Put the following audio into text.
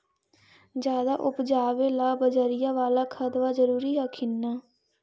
ज्यादा उपजाबे ला बजरिया बाला खदबा जरूरी हखिन न?